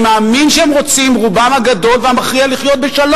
אתה מפריע לו לסיים.